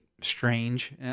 strange